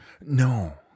no